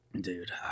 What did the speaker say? Dude